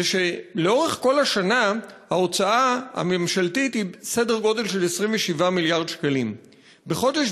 שלאורך כל השנה ההוצאה הממשלתית היא בסדר גודל של 27 מיליארד שקלים ובחודש